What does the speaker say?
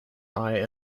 eye